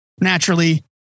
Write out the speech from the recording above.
Naturally